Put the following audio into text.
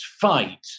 fight